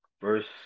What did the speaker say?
verse